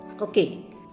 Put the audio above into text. Okay